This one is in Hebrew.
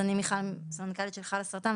מיכל, הסמנכ"לית של חלאסרטן.